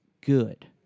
good